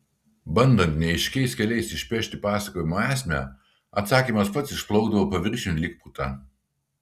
bandant neaiškiais keliais išpešti pasakojimo esmę atsakymas pats išplaukdavo paviršiun lyg puta